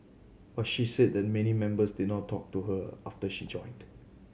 but she said that many members did not talk to her after she joined